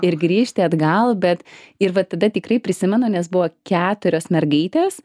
ir grįžti atgal bet ir va tada tikrai prisimenu nes buvo keturios mergaitės